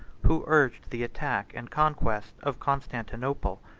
who urged the attack and conquest of constantinople.